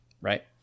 right